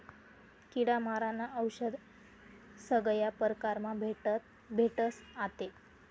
किडा मारानं औशद सगया परकारमा भेटस आते